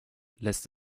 lässt